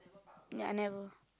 ya I never